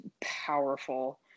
powerful